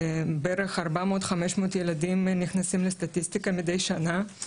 בערך 400 500 ילדים נכנסים לסטטיסטיקה מידי שנה,